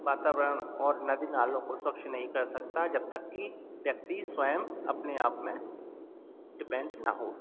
वातावरण और नदी नालों को स्वच्छ नहीं कर सकता जब तक कि व्यक्ति स्वयं अपने आप में डिपेंड न हो